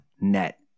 net